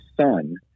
Son